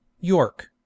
York